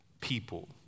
people